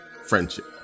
friendship